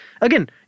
again